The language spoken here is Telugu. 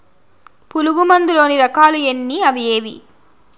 పులుగు మందు లోని రకాల ఎన్ని అవి ఏవి?